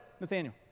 Nathaniel